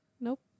Nope